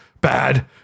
bad